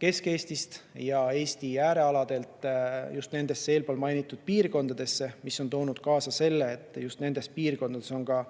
Kesk-Eestist ja Eesti äärealadelt just nendesse piirkondadesse, mis on toonud kaasa selle, et just nendes piirkondades on ka